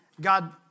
God